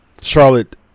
Charlotte